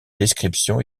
description